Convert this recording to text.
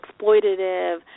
exploitative